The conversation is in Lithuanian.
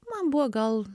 man buvo gal